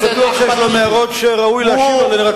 אני בטוח שיש להם הערות שראוי להשיב עליהן,